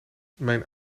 mijn